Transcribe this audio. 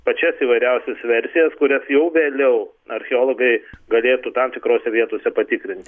pačias įvairiausias versijas kurias jau vėliau archeologai galėtų tam tikrose vietose patikrinti